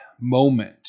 moment